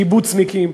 קיבוצניקים,